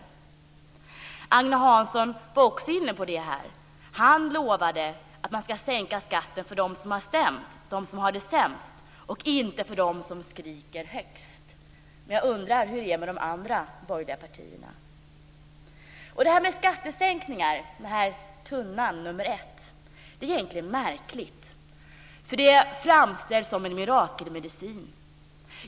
Också Agne Hansson var inne på detta. Han lovade att man ska sänka skatten för dem som har det sämst och inte för dem som skriker högst, men jag undrar hur det är med de andra borgerliga partierna. Talet om skattesänkningar, de som finns i tunna nr 1, är egentligen märkligt. Skattesänkningar framställs som en mirakelmedicin.